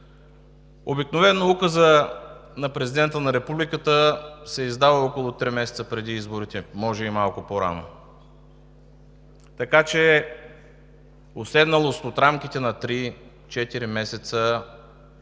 Обикновено Указът на Президента на Републиката се издава около три месеца преди изборите, може и малко по-рано, така че уседналост в рамките на три,